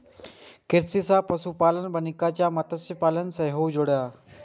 कृषि सं पशुपालन, वानिकी आ मत्स्यपालन सेहो जुड़ल छै